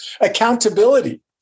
Accountability